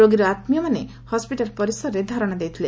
ରୋଗୀର ଆତ୍କୀୟମାନେ ହସ୍ୱିଟାଲ୍ ପରିସରରେ ଧାରଶା ଦେଇଥିଲେ